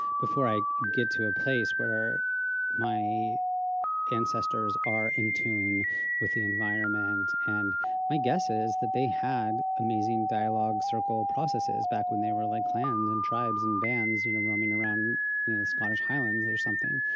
before i get to a place where my ancestors are in tune with the environment. and my guess is that they had amazing dialogue circle processes back when they were like clans and tribes and bands, you know, roaming around the scottish highlands or something.